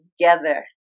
together